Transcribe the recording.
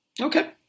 Okay